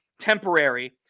temporary